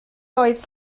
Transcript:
oedd